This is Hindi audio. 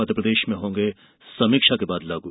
मध्यप्रदेश में होंगे समीक्षा के बाद लागू